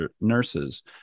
nurses